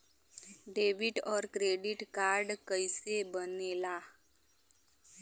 Debit और credit card कईसे बने ने ला?